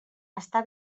està